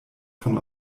von